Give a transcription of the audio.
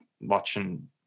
watching